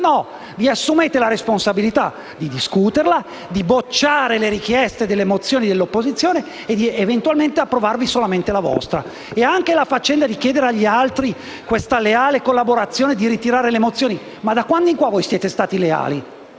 No, assumetevi la responsabilità di discutere, di bocciare le richieste contenute nelle mozioni delle opposizioni ed eventualmente di approvare solamente la vostra. Chiedete agli altri la leale collaborazione di ritirare le mozioni. Ma da quando in qua voi siete stati leali?